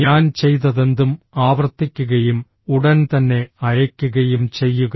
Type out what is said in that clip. ഞാൻ ചെയ്തതെന്തും ആവർത്തിക്കുകയും ഉടൻ തന്നെ അയയ്ക്കുകയും ചെയ്യുക